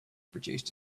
produced